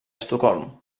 estocolm